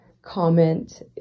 Comment